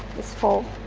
it's full.